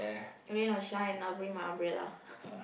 rain or shine I'll bring my umbrella